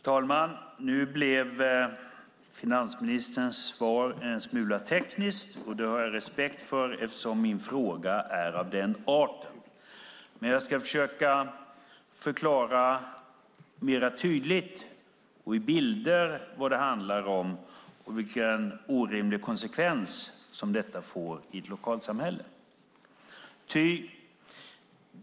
Herr talman! Finansministerns svar blev en smula tekniskt. Det har jag respekt för, eftersom min fråga är av den arten. Men jag ska försöka förklara mer tydligt och i bilder vad det handlar om och vilka orimliga konsekvenser detta får i ett lokalsamhälle.